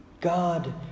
God